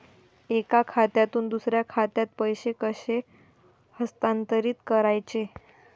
एका खात्यातून दुसऱ्या खात्यात पैसे कसे हस्तांतरित करायचे